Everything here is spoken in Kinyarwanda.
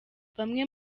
bamwe